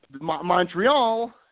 Montreal